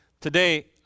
Today